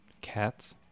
Cats